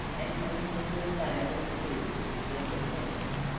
and put him in the stable too, said the prince.